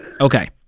Okay